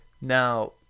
Now